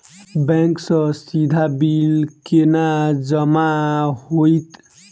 Bank सँ सीधा bill केना जमा होइत?